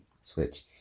Switch